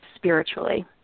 Spiritually